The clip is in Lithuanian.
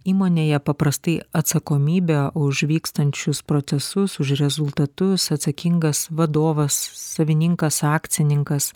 įmonėje paprastai atsakomybę už vykstančius procesus už rezultatus atsakingas vadovas savininkas akcininkas